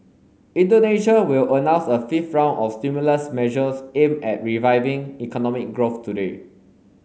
Indonesia will announce a fifth round of stimulus measures aimed at reviving economic growth today